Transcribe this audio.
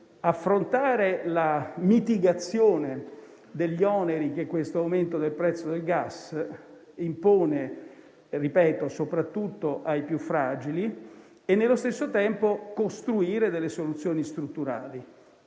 affrontare la mitigazione degli oneri che l'aumento del prezzo del gas impone soprattutto ai più fragili e, nello stesso tempo, costruire delle soluzioni strutturali.